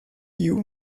you